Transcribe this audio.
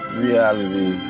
reality